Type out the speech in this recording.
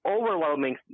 overwhelming